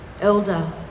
elder